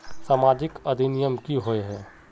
सामाजिक अधिनियम की होय है?